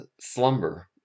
slumber